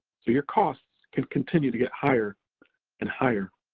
so your costs can continue to get higher and higher.